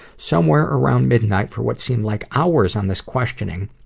somewhere around midnight, for what seemed like hours on this questioning,